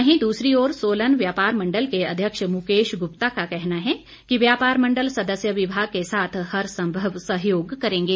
वहीं दूसरी ओर सोलन व्यापार मंडल के अध्यक्ष मुकेश गुप्ता का कहना है कि व्यापार मंडल सदस्य विभाग के साथ हरसंभव सहयोग करेंगे